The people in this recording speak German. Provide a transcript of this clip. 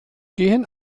gehen